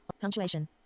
punctuation